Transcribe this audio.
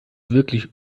wirklich